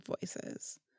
voices